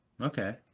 Okay